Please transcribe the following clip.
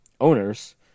owners